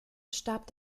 starb